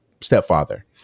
stepfather